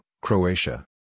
Croatia